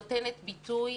נותנת ביטוי